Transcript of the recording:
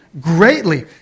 greatly